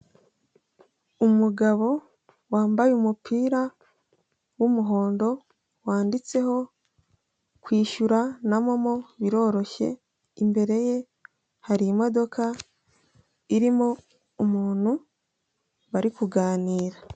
Umugabo wambaye umupira w'umuhondo wanditseho kwishyura na momo biroroshye, imbere ye hari imodoka irimo umuntu bari kuganira.